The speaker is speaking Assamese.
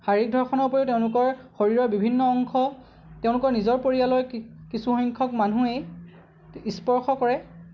শাৰিৰীক ধৰ্ষণৰ উপৰি তেওঁলোকৰ শৰীৰৰ বিভিন্ন অংশ তেওঁলোকৰ নিজৰ পৰিয়ালৰ কিছুসংখ্যক মানুহেই স্পৰ্শ কৰে